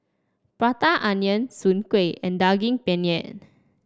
Prata Onion Soon Kueh and Daging Penyet